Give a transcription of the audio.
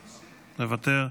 מוותר,